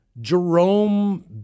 Jerome